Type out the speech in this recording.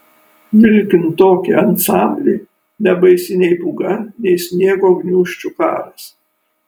vilkint tokį ansamblį nebaisi nei pūga nei sniego gniūžčių karas